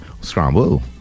scramble